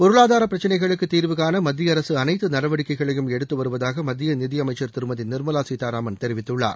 பொருளாதாரப் பிரச்சினைகளுக்குத் தீர்வுகாண மத்திய அரசு அனைத்து நடவடிக்கைகளையும் எடுத்து வருவதாக மத்திய நிதியமைச்சர் திருமதி நிர்மலா சீதாராமன் தெரிவித்துள்ளார்